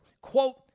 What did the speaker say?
quote